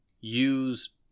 use